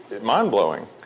mind-blowing